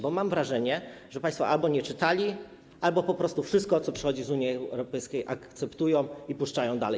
Bo mam wrażenie, że państwo albo nie czytali, albo po prostu wszystko, co przychodzi z Unii Europejskiej, akceptują i puszczają dalej.